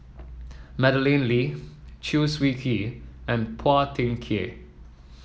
Madeleine Lee Chew Swee Kee and Phua Thin Kiay